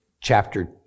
chapter